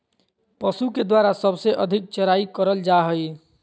पशु के द्वारा सबसे अधिक चराई करल जा हई